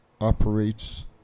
operates